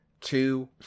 Two